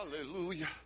Hallelujah